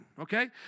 okay